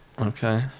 okay